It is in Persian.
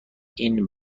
این